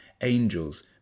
angels